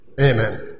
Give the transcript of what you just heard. Amen